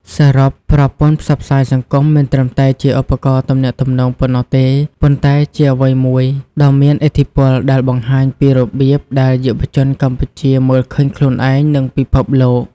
សរុប ប្រព័ន្ធផ្សព្វផ្សាយសង្គមមិនត្រឹមតែជាឧបករណ៍ទំនាក់ទំនងប៉ុណ្ណោះទេ ប៉ុន្តែជាអ្វីមួយដ៏មានឥទ្ធិពលដែលបង្ហាញពីរបៀបដែលយុវជនកម្ពុជាមើលឃើញខ្លួនឯង និងពិភពលោក។